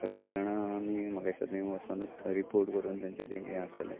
सगलीं जाणां आमी म्हाका दिसता थंय वसोनच रिपोर्ट करून तेंचे तें कितें आसतलें